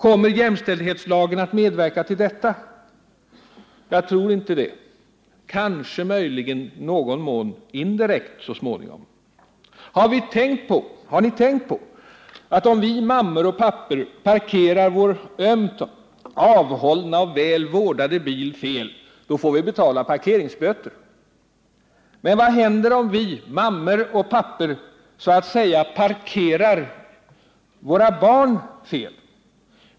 Kommer jämställdhetslagen att medverka till detta? Jag tror inte det, kanske så småningom i någon mån indirekt. Har vi tänkt på att om vimammor och pappor — parkerar vår ömt avhållna och väl vårdade bil fel, får vi betala parkeringsböter. Men vad händer om vi — mammor och pappor — så att säga ”parkerar” våra barn fel?